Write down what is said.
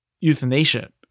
euthanasia